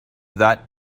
that